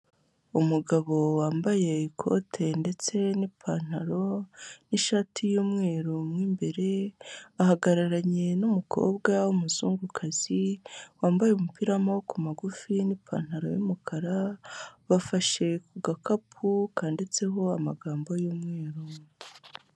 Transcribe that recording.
Umugabo wambaye ikote ndetse n'ipantaro n'ishati y'umweru mo imbere, ahagararanye n'umukobwa w'umuzungukazi wambaye umupira w'amaboko magufi n'ipantaro y'umukara, bafashe ku gakapu kanditseho amagambo y'umweru.